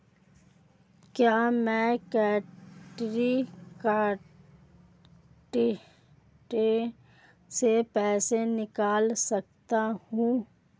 क्या मैं credit card से पैसे निकाल सकता हूँ?